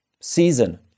season